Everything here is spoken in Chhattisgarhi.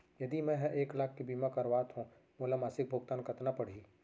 यदि मैं ह एक लाख के बीमा करवात हो त मोला मासिक भुगतान कतना पड़ही?